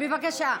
בבקשה.